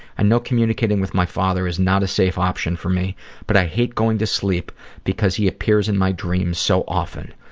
i know communicating with my father is not a safe option for me but i hate going to sleep because he appears in my dreams so often.